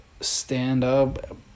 stand-up